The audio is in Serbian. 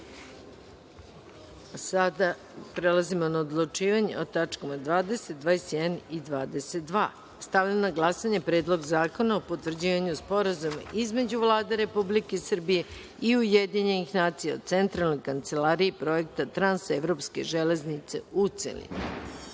prelazimo na odlučivanje o tačkama 20, 21. i 22. dnevnog reda. Stavljam na glasanje Predlog zakona o potvrđivanju Sporazuma između Vlade Republike Srbije i Ujedinjenih nacija o Centralnoj kancelariji Projekta Trans-evropske železnice u